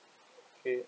okay